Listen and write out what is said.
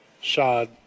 Shad